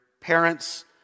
parents